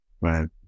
Right